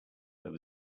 there